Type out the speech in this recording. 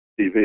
TV